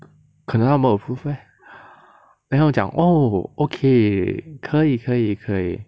可能他们 approve leh 可能他们讲 oh okay 可以可以可以